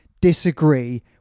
disagree